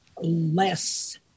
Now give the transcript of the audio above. less